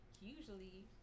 usually